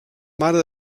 mare